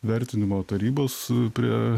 vertinimo tarybos prie